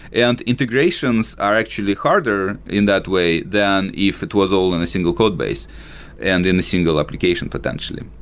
and integrations are actually harder in that way than if it was all in a single codebase and in a single application potentially.